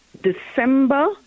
December